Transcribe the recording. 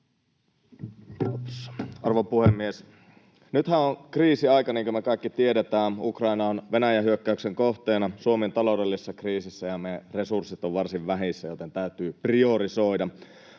Arvon puhemies! Nythän on kriisiaika, niin kuin me kaikki tiedetään. Ukraina on Venäjän hyökkäyksen kohteena, Suomi on taloudellisessa kriisissä, ja meidät resurssit ovat varsin vähissä, joten täytyy priorisoida.